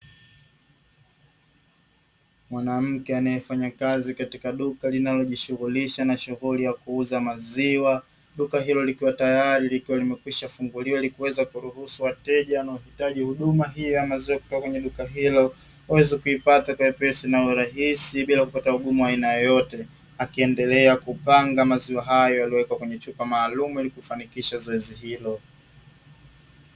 Mwanamke anayefanya kazi katika duka linalojishughulisha na shughuli ya kuuza maziwa duka hilo likiwa tayari limekwisha funguliwa, ili kuweza kuruhusu wateja wanaohitaji huduma hii ya maziwa kwnye duka hilo waweze kuipata kwa wepesi na urahisi bila kupata ugumu wa aina yoyote, akiendelea kupanga maziwa hayo yaliyowekwa kwenye chupa maalumu ili kufanikisha zoezi hilo.